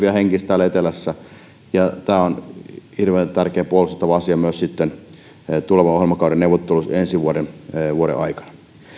ja siipikarjasektorin vielä hengissä täällä etelässä ja tämä on hirveän tärkeä puolustettava asia myös sitten tulevan ohjelmakauden neuvotteluissa ensi vuoden vuoden aikana